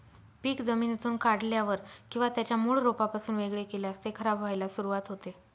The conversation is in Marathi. पीक जमिनीतून काढल्यावर किंवा त्याच्या मूळ रोपापासून वेगळे केल्यास ते खराब व्हायला सुरुवात होते